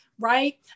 right